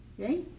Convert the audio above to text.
Okay